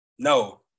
No